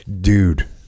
Dude